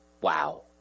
Wow